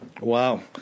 Wow